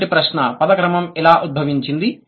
మొదటి ప్రశ్న పదం క్రమం ఎలా ఉద్భవించింది